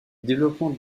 développement